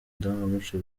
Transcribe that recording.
ndangamuco